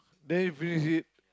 then if we see